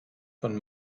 von